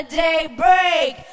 daybreak